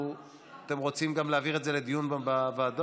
אתם רוצים גם להעביר את זה לדיון בוועדה?